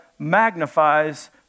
Magnifies